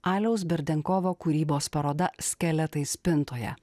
aliaus berdenkovo kūrybos paroda skeletai spintoje